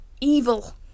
Evil